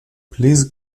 please